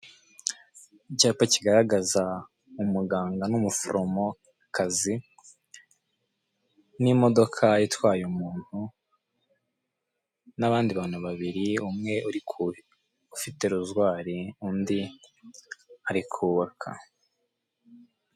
Icyapa kigaragaza umuganga n'umuforomokazi, n'imodoka itwaye umuntu, n'abandi bantu babiri umwe uri kuhira ufite rozwari, undi ari kubaka.